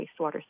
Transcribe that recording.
wastewater